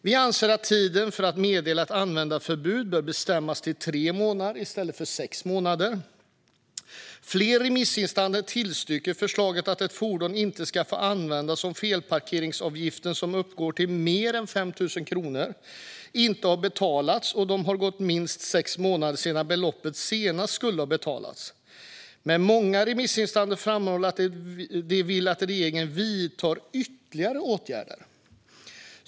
Vi anser att tiden för att meddela ett användningsförbud bör bestämmas till 3 månader i stället för 6 månader. Flera remissinstanser tillstyrker förslaget att ett fordon inte ska få användas om felparkeringsavgifter som uppgår till mer än 5 000 kronor inte har betalats och det har gått minst 6 månader sedan beloppet senast skulle ha betalats, men många remissinstanser framhåller att de vill att regeringen vidtar ytterligare åtgärder.